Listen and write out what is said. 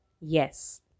Yes